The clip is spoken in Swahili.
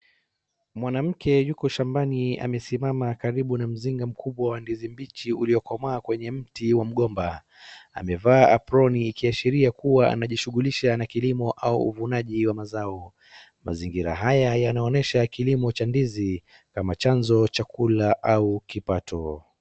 Mwanamke yuko shambani amesimama karibu na mzinga mkubwa wa ndizi mbichi uliokomaa kwenye mti wa mgomba, amevaa aproni ikiashiria kuwa anajishugulisha na kilimo au uvunaji wa mazao. Mazingira haya yanaonesha kilimo cha ndizi kama chanzo cha kula au kipato.